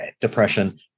depression